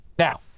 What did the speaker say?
Now